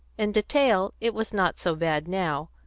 in detail it was not so bad now,